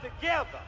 together